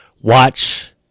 watch